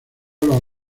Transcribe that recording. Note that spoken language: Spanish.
los